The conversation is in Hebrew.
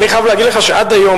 אני חייב להגיד לך שעד היום,